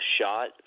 shot